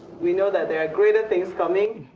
we know that there are greater things coming.